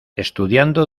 estudiando